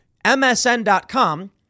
MSN.com